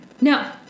no